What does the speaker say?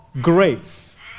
grace